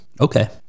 okay